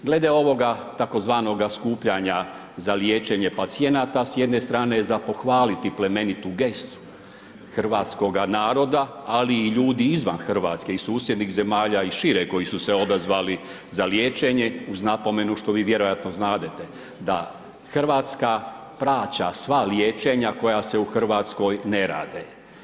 Glede ovoga tzv. skupljanja za liječenje pacijenata, s jedne strane je za pohvaliti plemenitu gestu hrvatskoga naroda ali i ljudi izvan Hrvatske i susjednih zemalja i šire koji su se odazvali za liječenje, uz napomenu što vi vjerojatno znadete da Hrvatska plaća sva liječenja koja se u Hrvatskoj ne rade.